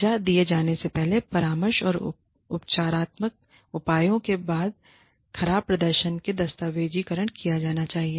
सजा दिए जाने से पहले परामर्श और उपचारात्मक उपायों के बाद खराब प्रदर्शन का दस्तावेजीकरण किया जाना चाहिए